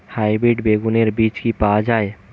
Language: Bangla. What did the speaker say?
হাইব্রিড বেগুনের বীজ কি পাওয়া য়ায়?